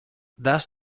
does